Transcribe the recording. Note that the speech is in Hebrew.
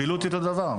הפעילות היא אותו דבר.